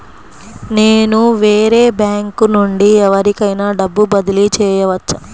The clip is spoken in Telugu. నేను వేరే బ్యాంకు నుండి ఎవరికైనా డబ్బు బదిలీ చేయవచ్చా?